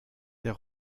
der